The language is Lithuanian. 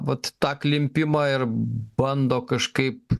vat tą klimpimą ir bando kažkaip